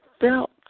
felt